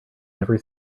never